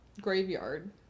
graveyard